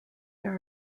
there